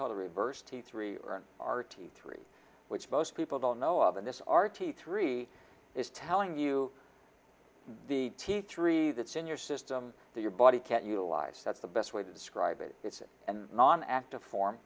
called a reverse t three or an r t three which most people don't know of and this r t three is telling you the t three that's in your system that your body can't utilize that's the best way to describe it it's it and non active form